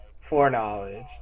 foreknowledge